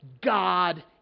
God